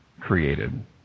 created